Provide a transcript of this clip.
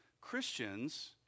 Christians